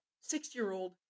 six-year-old